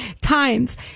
times